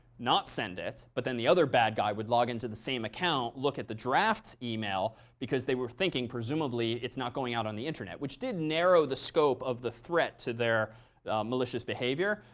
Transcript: not send it. but then the other bad guy would log into the same account, look at the drafts email. because they were thinking presumably it's not going out on the internet. which did narrow the scope of the threat to their malicious behavior.